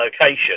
location